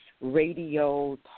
radio